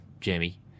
Jamie